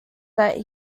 that